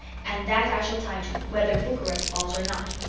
and that i shall tie to, whether bucharest falls or not.